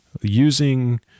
using